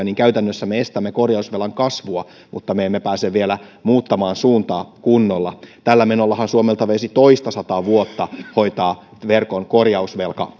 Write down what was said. niin käytännössä me estämme kor jausvelan kasvua mutta me emme pääse vielä muuttamaan suuntaa kunnolla tällä menollahan suomelta veisi toistasataa vuotta hoitaa verkon korjausvelka